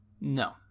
No